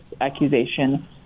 accusation